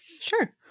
sure